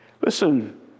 Listen